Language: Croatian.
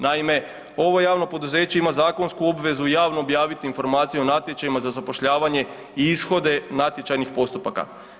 Naime, ovo javno poduzeće ima zakonsku obvezu javno objaviti informacije o natječajima za zapošljavanje i ishode natječajnih postupaka.